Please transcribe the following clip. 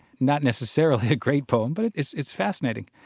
not necessarily a great poem, but it's it's fascinating.